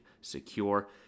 secure